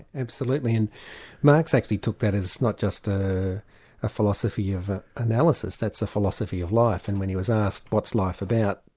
absolutely, and marx actually took that as not just ah a philosophy of analysis, that's a philosophy of life and when he was asked what's life about?